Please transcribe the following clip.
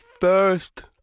First